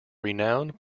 renowned